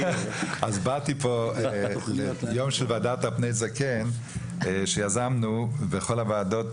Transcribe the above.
באתי לפה ליום "והדרת פני זקן" שיזמנו בכל הוועדות